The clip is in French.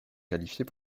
qualifiés